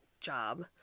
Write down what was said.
job